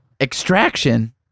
Extraction